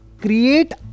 create